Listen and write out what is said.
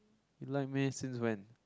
you like meh since when